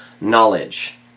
knowledge